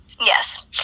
Yes